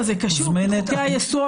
זה קשור, כבודו.